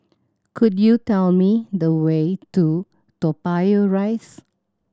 could you tell me the way to Toa Payoh Rise